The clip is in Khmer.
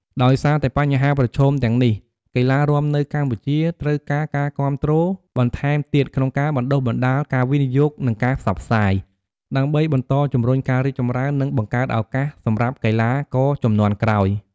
ដោយសារតែបញ្ហាប្រឈមទាំងនេះ កីឡារាំនៅកម្ពុជាត្រូវការការគាំទ្របន្ថែមទៀតក្នុងការបណ្តុះបណ្តាល ការវិនិយោគ និងការផ្សព្វផ្សាយ ដើម្បីបន្តជំរុញការរីកចម្រើន និងបង្កើតឱកាសសម្រាប់កីឡា ករជំនាន់ក្រោយ។